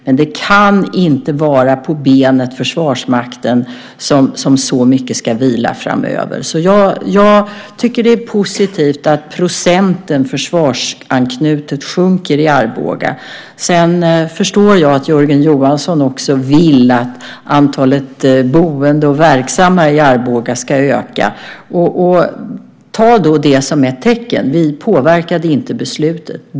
Men det kan inte vara på benet Försvarsmakten som så mycket ska vila framöver. Jag tycker att det är positivt att procenten försvarsanknutet sjunker i Arboga. Sedan förstår jag att Jörgen Johansson också vill att antalet boende och verksamma i Arboga ska öka. Ta då det som ett tecken. Vi påverkade inte beslutet.